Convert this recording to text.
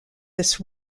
this